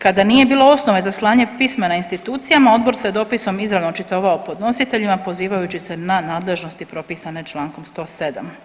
Kada nije bilo osnove za slanje pismena institucijama, Odbor se dopisom izravno očitovao podnositeljima pozivajući se na nadležnost i propisane čl. 107.